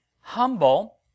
humble